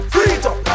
Freedom